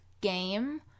game